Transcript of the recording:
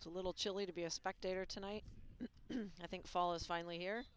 it's a little chilly to be a spectator tonight but i think fall is finally here